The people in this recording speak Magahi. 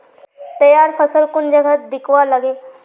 तैयार फसल कुन जगहत बिकवा लगे?